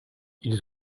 ils